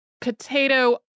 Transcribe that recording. potato